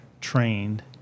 trained